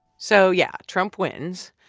so, yeah, trump wins.